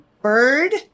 Bird